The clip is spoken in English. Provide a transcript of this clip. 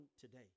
today